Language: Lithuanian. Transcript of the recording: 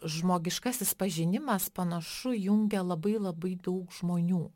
žmogiškasis pažinimas panašu jungia labai labai daug žmonių